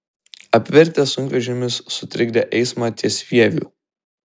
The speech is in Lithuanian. apvirtęs sunkvežimis sutrikdė eismą ties vieviu